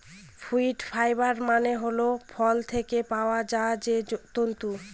fruit fibre মানে হল ফল থেকে পাওয়া যায় যে তন্তু